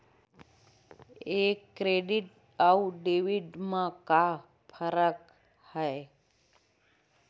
ये क्रेडिट आऊ डेबिट मा का फरक है?